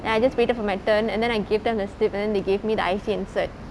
and I just waited for my turn and then I gave them the slip and then they gave me the I_C and certificate